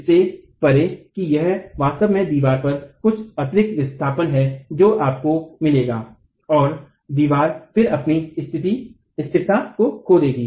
इससे परे कि यह वास्तव में दीवार का कुछ अतिरिक्त विस्थापन है जो आपको मिलेगा और दीवार फिर अपनी स्थिरता को खो देगी